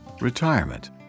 retirement